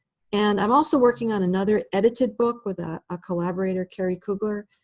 and i'm also working on another edited book with a ah collaborator, kerry coogler,